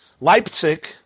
Leipzig